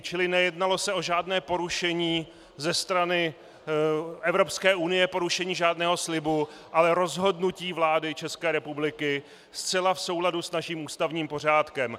Čili nejednalo se o žádné porušení ze strany Evropské unie, porušení žádného slibu, ale rozhodnutí vlády České republiky zcela v souladu s naším ústavním pořádkem.